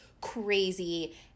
crazy